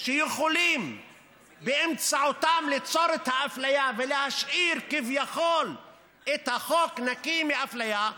שיכולים באמצעותם ליצור את האפליה ולהשאיר כביכול את החוק נקי מאפליה,